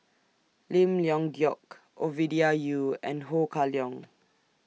Lim Leong Geok Ovidia Yu and Ho Kah Leong